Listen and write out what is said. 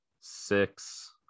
six